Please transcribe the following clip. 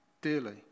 dearly